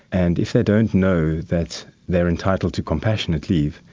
and if they don't know that they are entitled to compassionate leave,